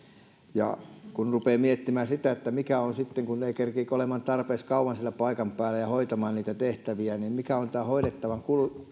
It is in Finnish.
ja kun rupeaa miettimään sitä että kun ei kerkiäkään olemaan tarpeeksi kauan siellä paikan päällä ja hoitamaan niitä tehtäviä niin mikä on tämän hoidettavan